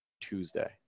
Tuesday